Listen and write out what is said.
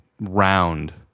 round